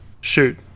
shoot